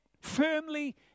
firmly